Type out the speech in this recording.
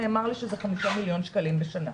נאמר לי שזה 5 מיליון שקלים בשנה.